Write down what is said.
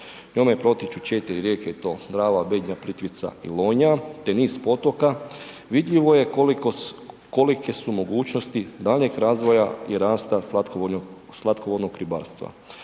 njime protječu 4 rijeke, i to Drava, Bednja, Plitvica i Lonja te niz potoka, vidljivo je kolike mogućnosti daljnjeg razvoja i rasta slatkovodnog ribarstva.